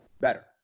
better